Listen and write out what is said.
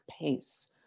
pace